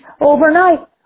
overnight